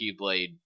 keyblade